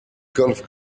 golf